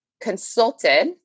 consulted